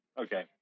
okay